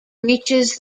reaches